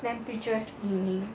temperature screening